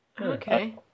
Okay